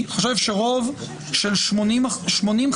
זה לא נועד לשמוע את התיאוריה הזאת.